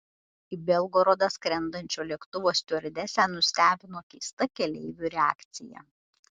į belgorodą skrendančio lėktuvo stiuardesę nustebino keista keleivių reakcija